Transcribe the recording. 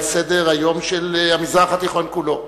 על סדר-היום של המזרח התיכון כולו.